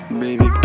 baby